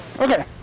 Okay